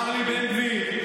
ואכן אמר לי בן גביר,